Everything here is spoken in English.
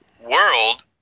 world